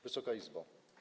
Wysoka Izbo!